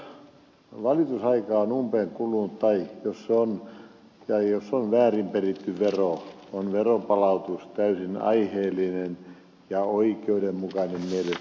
jos valitusaika on umpeen kulunut tai jos on väärin peritty vero on veronpalautus mielestäni täysin aiheellinen ja oikeudenmukainen sekä joustava